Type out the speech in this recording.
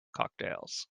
cocktails